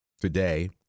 today